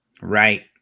Right